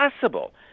possible